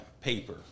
paper